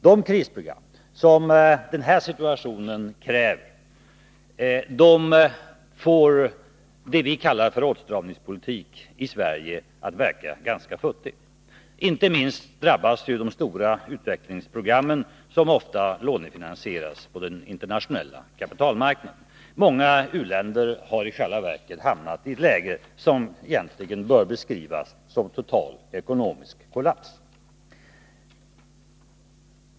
De krisprogram som situationen i dessa länder kräver får det som vi i Sverige kallar åtstramningspolitik att verka ganska futtigt. Inte minst drabbas de stora utvecklingsprogrammen, som ofta lånefinansieras på den internationella kapitalmarknaden. Många u-länder har i själva verket hamnat i ett läge som bör beskrivas som total ekonomisk kollaps.